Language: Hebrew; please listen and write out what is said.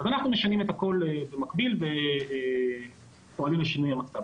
אנחנו משנים את הכול במקביל ופועלים לשינוי המצב.